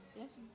Yes